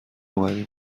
اومدی